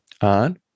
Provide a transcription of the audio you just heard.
on